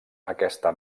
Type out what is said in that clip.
aquesta